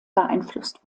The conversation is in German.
beeinflusst